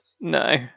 No